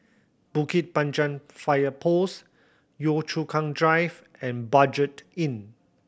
Bukit Panjang Fire Post Yio Chu Kang Drive and Budget Inn